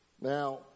Now